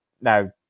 Now